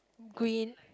green